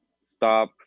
stop